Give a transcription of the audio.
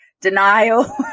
denial